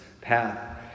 path